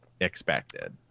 expected